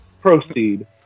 proceed